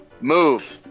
Move